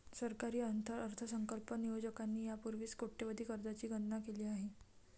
सरकारी अर्थसंकल्प नियोजकांनी यापूर्वीच कोट्यवधी कर्जांची गणना केली आहे